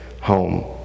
home